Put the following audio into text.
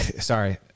Sorry